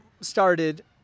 started